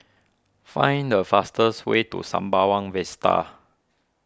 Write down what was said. find the fastest way to Sembawang Vista